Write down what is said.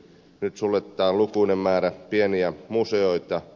nyt suljetaan lukuinen määrä pieniä museoita